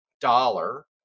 dollar